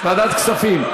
ועדת הכספים.